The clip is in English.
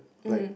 um